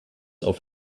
auf